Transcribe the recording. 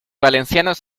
valencianos